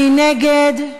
מי נגד?